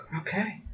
Okay